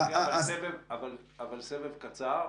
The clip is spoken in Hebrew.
על הבטיחות,